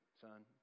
Son